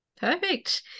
Perfect